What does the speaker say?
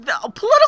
political